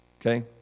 Okay